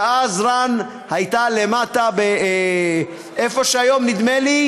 שאז הייתה למטה, איפה שהיום נדמה לי